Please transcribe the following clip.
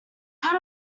cut